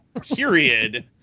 period